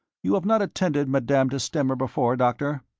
you have not attended madame de stamer before, doctor?